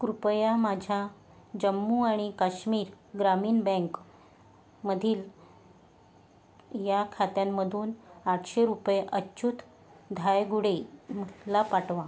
कृपया माझ्या जम्मू आणि काश्मीर ग्रामीण बँकमधील या खात्यांमधून आठशे रुपये अच्युत धायगुडे ला पाठवा